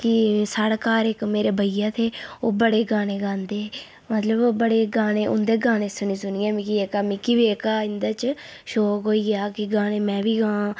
कि स्हाड़े घर इक मेरे भैया थे ओह् बड़े गाने गांदे हे मतलब ओह् बड़े गाने उं'दे गाने सुनी सुनियै मिकी एह्का मिकी बी एह्का इन्दे च शौक होई गेआ हा कि गाने मैं बी गां